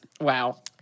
Wow